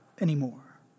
anymore